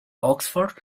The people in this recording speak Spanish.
oxford